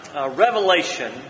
Revelation